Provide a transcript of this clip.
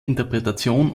interpretation